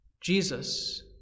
Jesus